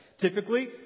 Typically